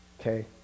Okay